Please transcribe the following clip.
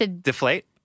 Deflate